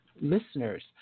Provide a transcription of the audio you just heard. listeners